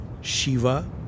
Shiva